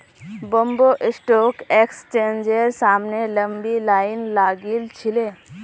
Bombay stock एक्सचेंजेर सामने लंबी लाइन लागिल छिले